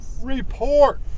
report